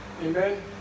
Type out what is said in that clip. Amen